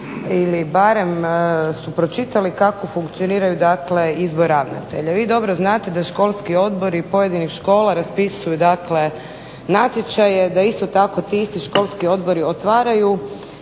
ili barem su pročitali kako funkcioniraju dakle izbori ravnatelja. Vi dobro znate da školski odbori pojedinih škola raspisuju dakle natječaje, da isto tako ti isti školski odbori otvaraju